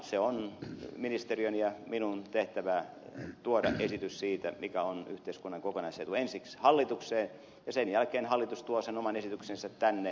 se on ministeriön ja minun tehtävä tuoda esitys siitä mikä on yhteiskunnan kokonaisetu ensiksi hallitukseen ja sen jälkeen hallitus tuo sen oman esityksensä tänne